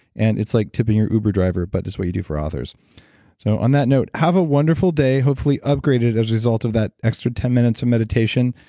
and it's like tipping your uber driver but just what you do for authors so on that note, have a wonderful day hopefully upgraded as a result of that extra ten minutes of meditation.